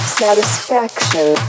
satisfaction